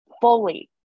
fully